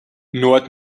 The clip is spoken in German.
nord